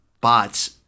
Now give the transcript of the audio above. bots